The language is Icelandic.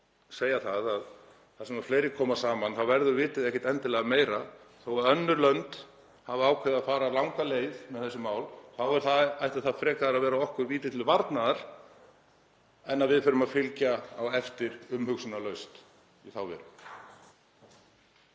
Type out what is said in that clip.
segja að þar sem fleiri koma saman þá verður vitið ekkert endilega meira. Þó að önnur lönd hafi ákveðið að fara langa leið með þessi mál þá ætti það frekar að vera okkur víti til varnaðar en að við förum að fylgja því eftir umhugsunarlaust.